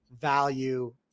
value